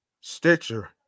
Stitcher